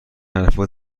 حرفا